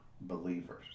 believers